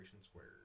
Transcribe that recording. squares